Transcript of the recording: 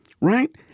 right